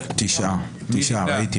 מי נמנע?